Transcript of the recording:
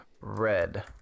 Red